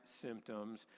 symptoms